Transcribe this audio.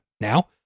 now